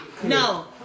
No